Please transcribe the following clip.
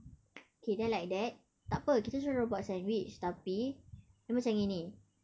okay then like that takpe kita suruh dia orang buat sandwich tapi dia macam gini